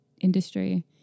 industry